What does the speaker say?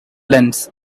lens